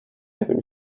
evan